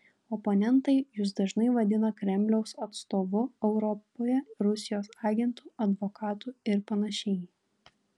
oponentai jus dažnai vadina kremliaus atstovu europoje rusijos agentu advokatu ir panašiai